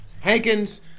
hankins